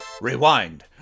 rewind